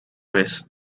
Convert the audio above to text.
vez